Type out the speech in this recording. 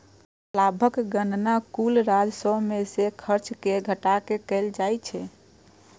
लाभक गणना कुल राजस्व मे सं खर्च कें घटा कें कैल जाइ छै